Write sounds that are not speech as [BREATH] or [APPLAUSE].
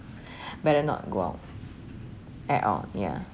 [BREATH] better not go out at all ya